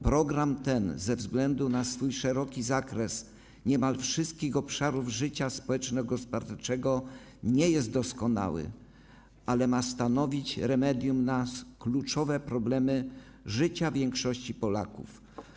Program ten ze względu na swój szeroki zakres, dotyczący niemal wszystkich obszarów życia społeczno-gospodarczego, nie jest doskonały, ale ma stanowić remedium na kluczowe problemy życia większości Polaków.